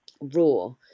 raw